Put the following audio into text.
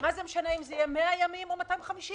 מה זה משנה אם זה יהיה 100 ימים או 250 יום.